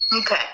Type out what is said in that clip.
Okay